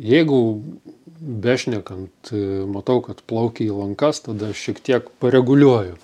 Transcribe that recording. jeigu bešnekant matau kad plaukia į lankas tada šiek tiek pareguliuoju